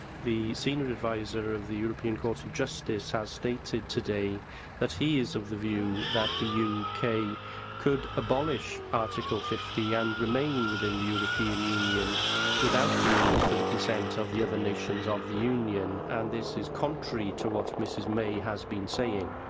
the senior adviser of the european court of justice has stated today that he is of the view that the uk could could abolish article fifty and remain within the european union without the need for the consent of the other nations of the union. and this is contrary to what mrs may has been saying.